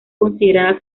considerada